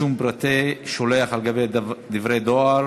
(סייג לסיוע לתלמידים),